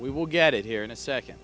we will get it here in a second